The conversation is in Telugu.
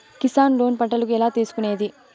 కిసాన్ లోను పంటలకు ఎలా తీసుకొనేది?